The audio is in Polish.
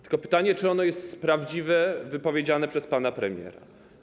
Tylko pytanie: Czy ono jest prawdziwe, wypowiedziane przez pana premiera?